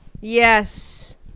yes